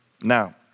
Now